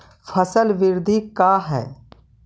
फसल वृद्धि का है?